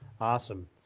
Awesome